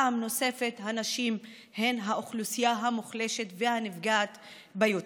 פעם נוספת הנשים הן האוכלוסייה המוחלשת והנפגעת ביותר.